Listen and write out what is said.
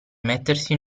mettersi